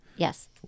Yes